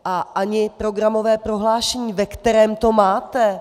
A ani programové prohlášení, ve kterém to máte.